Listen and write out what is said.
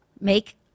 make